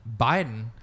Biden